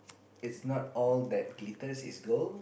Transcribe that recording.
it's not all that glitters is gold